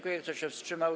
Kto się wstrzymał?